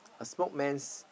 a spoke mans